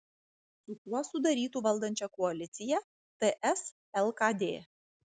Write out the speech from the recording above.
su kuo sudarytų valdančią koaliciją ts lkd